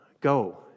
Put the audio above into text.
go